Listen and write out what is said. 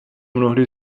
mnohdy